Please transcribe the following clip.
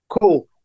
Cool